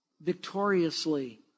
victoriously